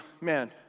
man